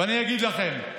ואני אגיד לכם: